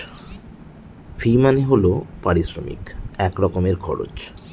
ফি মানে হল পারিশ্রমিক এক রকমের খরচ